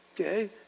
Okay